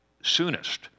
soonest